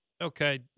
Okay